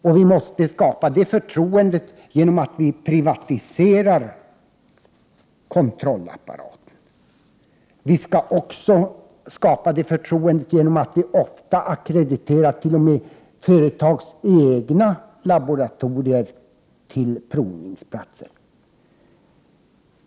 Det förtroendet skall vi skapa genom att privatisera kontrollapparaten. Vi skall också skapa det förtroendet genom att ackreditera t.o.m. företagens egna laboratorier till provningsanstalter.